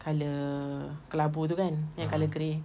colour kelabu tu kan yang colour grey